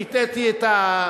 שהטעיתי את,